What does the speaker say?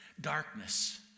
darkness